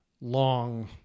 long